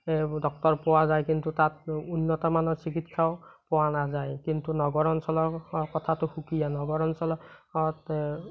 doctor পোৱা যায় কিন্তু তাত উন্নতমানৰ চিকিৎসাও পোৱা নাযায় কিন্তু নগৰ অঞ্চলৰ কথাটো সুকীয়া নগৰ অঞ্চলত